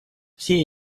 все